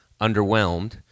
Underwhelmed